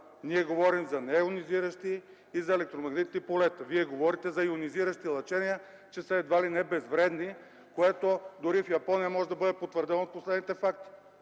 Ние говорим за нейонизиращи и електромагнитни полета! Вие говорите за йонизиращи лъчения, че са едва ли не безвредни, което дори в Япония може да бъде потвърдено от последните факти.